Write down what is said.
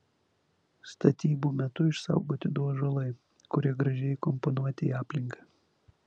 statybų metu išsaugoti du ąžuolai kurie gražiai įkomponuoti į aplinką